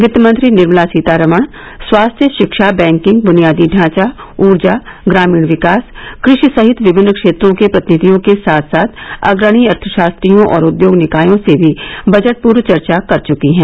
वित्त मंत्री निर्मला सीतारमण स्वांस्थ्य शिक्षा बैंकिंग बुनियादी ढांचा ऊर्जा ग्रामीण विकास कृषि सहित विभिन्न क्षेत्रों के प्रतिनिधियों के साथ साथ अग्रणी अर्थशास्त्रियों और उद्योग निकायों से भी बजट पूर्व चर्चा कर चुकी हैं